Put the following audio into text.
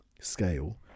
scale